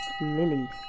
Lily